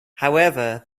however